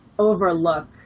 Overlook